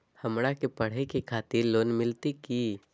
हमरा के पढ़े के खातिर लोन मिलते की?